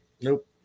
Nope